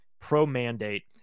pro-mandate